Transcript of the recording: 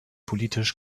politisch